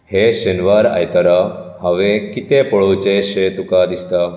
हे शेनवार आयतारा हांवें कितें पळोवचेंशें तुका दिसता